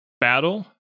battle